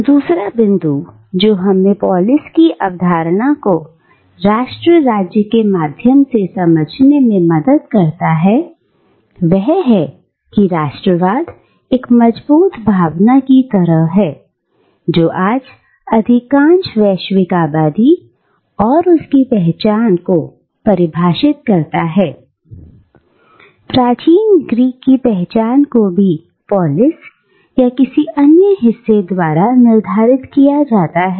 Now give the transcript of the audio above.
दूसरा बिंदु जो हमें पोलिस की अवधारणा को राष्ट्र राज्य के माध्यम से समझने में मदद करता है वह है कि राष्ट्रवाद एक मजबूत भावना की तरह है जो आज अधिकांश वैश्विक आबादी और उसकी पहचान को परिभाषित करता है प्राचीन ग्रीक की पहचान को भी पोलिस या किसी अन्य हिस्से द्वारा निर्धारित किया जाता था